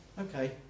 Okay